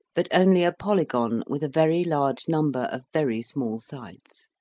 but only a polygon with a very large number of very small sides.